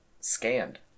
scanned